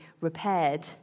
repaired